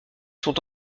sont